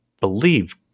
believe